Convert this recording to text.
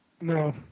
No